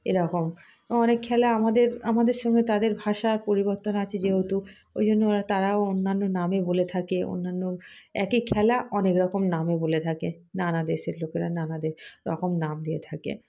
এরাকম অনেক খেলা আমাদের আমাদের সঙ্গে তাদের ভাষার পরিবর্তন আছে যেহতু ওই জন্য ওরা তারাও অন্যান্য নামে বলে থাকে অন্যান্য একেক খেলা অনেক রকম নামে বলে থাকে নানা দেশের লোকেরা নানা কদের ওরকম নাম দিয়ে থাকে